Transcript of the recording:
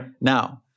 Now